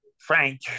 Frank